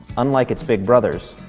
unlike its big brothers,